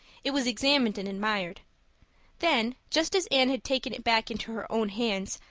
it was examined and admired then, just as anne had taken it back into her own hands,